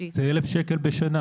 אלף שקלים בשנה.